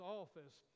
office